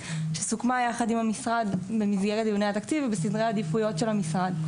שסוכמה יחד עם המשרד במסגרת דיוני התקציב ובסדרי עדיפויות של המשרד.